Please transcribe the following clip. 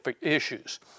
issues